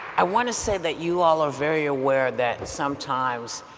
i want to say that you all are very aware that sometimes,